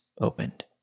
opened